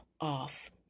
off